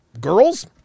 Girls